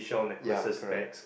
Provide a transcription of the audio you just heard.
ya correct